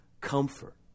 comfort